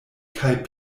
kaj